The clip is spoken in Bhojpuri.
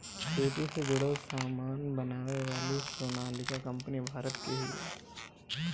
खेती से जुड़ल सामान बनावे वाली सोनालिका कंपनी भारत के हिय